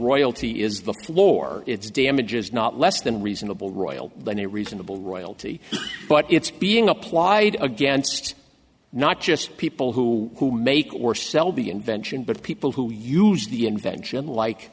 royalty is the floor it's damages not less than reasonable royall than a reasonable royalty but it's being applied against not just people who make war selbie invention but people who use the invention like